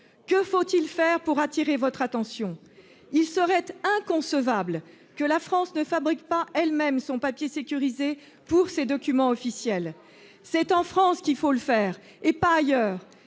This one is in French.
Que faut-il faire pour attirer votre attention ? Il serait inconcevable que la France ne fabrique pas elle-même son papier sécurisé pour ses documents officiels. C'est en France qu'il faut le faire, et pas ailleurs